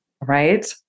Right